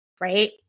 right